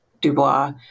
Dubois